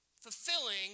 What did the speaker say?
fulfilling